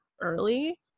early